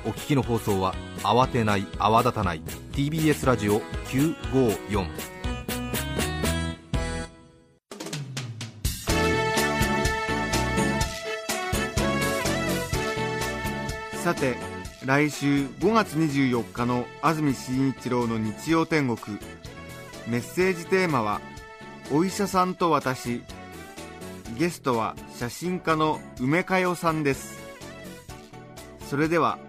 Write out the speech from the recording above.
お聞きの放送は、慌てない、泡立たない、TBSラジオ954。さて、来週、五月二十四日の安住紳一郎の日曜天国。メッセージテーマは、お医者さんと私。ゲストは、写真家の梅香代さんです。それでは、